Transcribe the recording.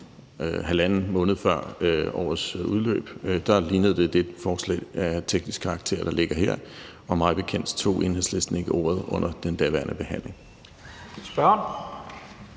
halvanden måned før årets udløb, lignede det det forslag af teknisk karakter, der ligger her – og mig bekendt tog Enhedslisten ikke ordet under den daværende behandling.